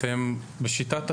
בשיטת הסלאמי,